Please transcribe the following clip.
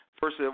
first